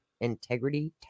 Integrity